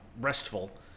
restful